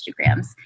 Instagrams